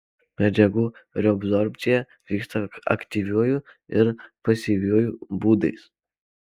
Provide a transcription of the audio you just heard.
medžiagų reabsorbcija vyksta aktyviuoju ir pasyviuoju būdais